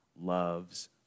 loves